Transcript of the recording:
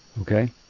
okay